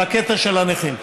על הקטע של הנכים.